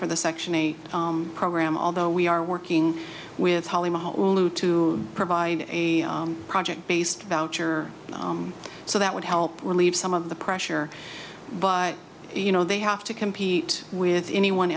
for the section a program although we are working with hollywood to provide a project based voucher so that would help relieve some of the pressure by you know they have to compete with anyone